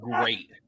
great